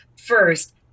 first